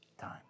time